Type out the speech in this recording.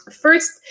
First